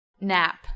Nap